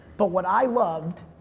but what i loved,